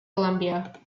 columbia